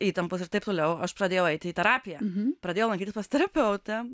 įtampos ir taip toliau aš pradėjau eiti į terapiją pradėjau lankytis pas terapeutą